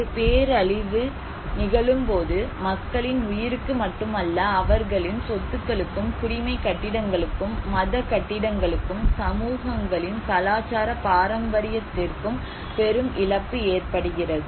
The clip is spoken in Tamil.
ஒரு பேரழிவு நிகழும் போது மக்களின் உயிருக்கு மட்டுமல்ல அவர்களின் சொத்துக்களுக்கும் குடிமைக் கட்டிடங்களுக்கும் மதக் கட்டிடங்களுக்கும் சமூகங்களின் கலாச்சார பாரம்பரியத்திற்கும் பெரும் இழப்பு ஏற்படுகிறது